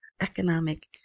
economic